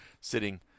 sitting